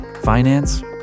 Finance